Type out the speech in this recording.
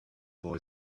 boy